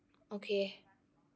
okay